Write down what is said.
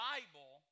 Bible